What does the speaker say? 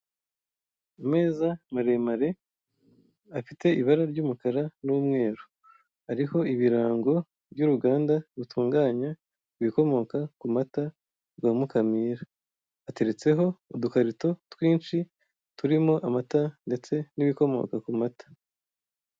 Ameza maremare afite ibara ry'umukara n'umweru. Hariho ibirango by'uruganda rutunganya amata rwa Mukamira hateretseko udukarito twinshi turimo amata ndetse n'ibikomoka ku mata.